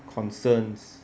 concerns